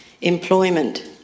employment